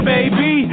Baby